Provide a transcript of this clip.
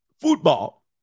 Football